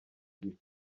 gihe